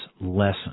lesson